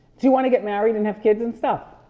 do you want to get married and have kids and so